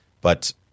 But-